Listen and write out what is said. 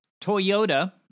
Toyota